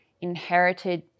inherited